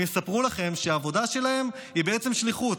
הם יספרו לכם שהעבודה שלכם היא בעצם שליחות.